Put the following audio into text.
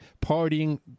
Partying